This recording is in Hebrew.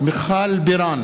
מיכל בירן,